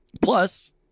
plus